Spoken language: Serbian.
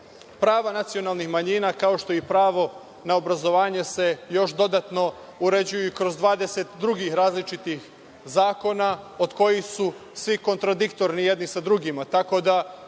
nacionalnih manjina, kao što je i pravo na obrazovanje, se još dodatno uređuju i kroz 22 različitih zakona, od kojih su svi kontradiktorni jedni sa drugima,